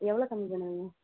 எவ்வளோ கம்மி பண்ணுவீங்கள்